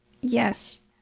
Yes